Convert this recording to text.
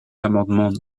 l’amendement